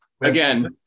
again